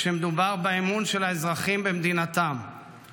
כשמדובר באמון של האזרחים במדינתם,